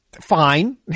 fine